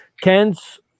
Kens